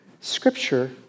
Scripture